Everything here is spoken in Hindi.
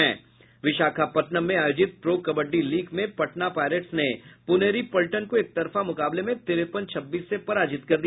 विशाखापटनम में आयोजित प्रो कबड्डी लीग में पटना पाईरेट्स ने पुनेरी पलटन को एकतरफा मुकाबले में तिरेपन छब्बीस से पराजित किया